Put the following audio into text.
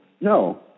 No